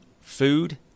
food